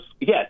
yes